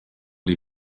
les